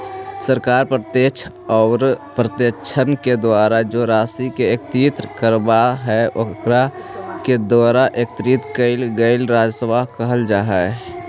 सरकार प्रत्यक्ष औउर अप्रत्यक्ष के द्वारा जे राशि के एकत्रित करवऽ हई ओकरा के द्वारा एकत्रित कइल गेलई राजस्व कहल जा हई